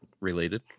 related